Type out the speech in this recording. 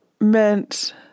meant